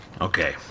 Okay